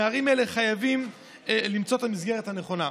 לנערים האלה חייבים למצוא את המסגרת הנכונה.